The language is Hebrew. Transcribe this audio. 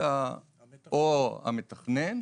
אלא או המתכנן,